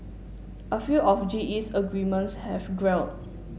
a few of G E's agreements have gelled